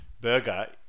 burger